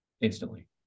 instantly